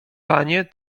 panie